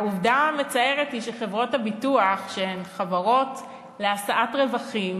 העובדה המצערת היא שחברות הביטוח הן חברות להשאת רווחים.